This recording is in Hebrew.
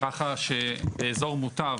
ככה שאזור מוטב,